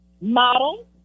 model